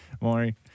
Maury